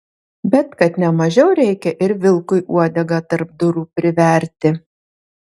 bet kad ne mažiau reikia ir vilkui uodegą tarp durų priverti